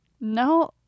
No